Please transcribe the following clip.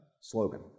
slogan